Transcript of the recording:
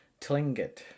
Tlingit